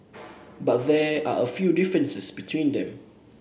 but there are a few differences between them